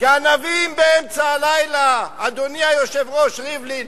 גנבים באמצע הלילה, אדוני היושב-ראש ריבלין.